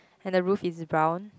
and the roof is brown